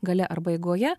gale arba eigoje